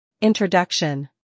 Introduction